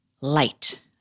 Light